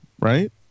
right